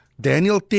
Daniel